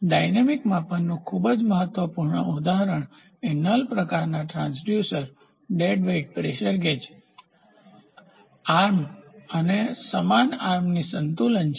ડાયનેમીકગતિશીલ માપનનું ખૂબ જ મહત્વપૂર્ણ ઉદાહરણ એ નલ પ્રકારનાં transducer dead weight pressure gauge અને આર્મહાથ અને સમાન આર્મહાથની સંતુલન છે